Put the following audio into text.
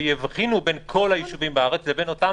שיבחינו בין כל הישובים בארץ לבין אותם